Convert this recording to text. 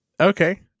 Okay